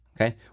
okay